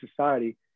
society